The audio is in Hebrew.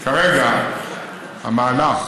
כרגע המהלך